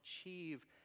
achieve